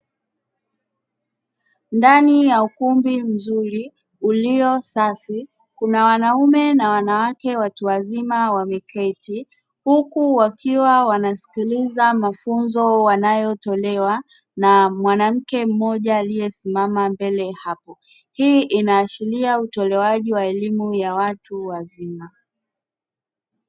Ndani ya ukumbi mzuri uliosafi, kuna wanawake na wanaume watu wazima wakiwa wameketi huku wakiwa wanasikiliza mafunzo yanayotolewa na mwanamke mmoja aliyesimama mbele hapo. Hii inaashiria utolewaji wa elimu ya watu wazima.